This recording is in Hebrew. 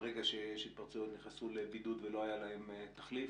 ברגע שיש התפרצויות נכנסו לבידוד ולא היה להם תחליף.